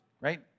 right